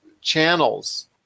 channels